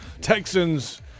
Texans